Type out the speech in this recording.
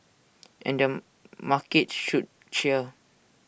and the markets should cheer